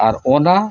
ᱟᱨ ᱚᱱᱟ